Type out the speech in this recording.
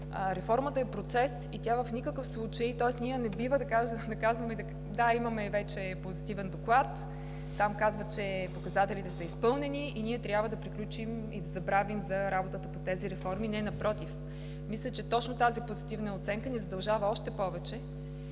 Реформата е процес и в никакъв случай ние не бива да казваме – да, имаме вече позитивен доклад, там се казва, че показателите са изпълнени и ние трябва да приключим и да забравим за работата по тези реформи. Не, напротив, мисля, че тази позитивна оценка ни задължава още повече